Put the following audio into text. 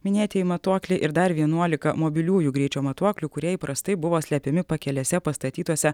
minėtieji matuokliai ir dar vienuolika mobiliųjų greičio matuoklių kurie įprastai buvo slepiami pakelėse pastatytuose